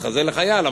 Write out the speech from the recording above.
מתחזה לחייל.